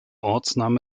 ortsname